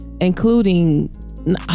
including